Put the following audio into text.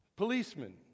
Policemen